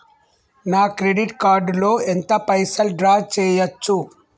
నా credit card లో ఎంత పైసల్ డ్రా చేయచ్చు?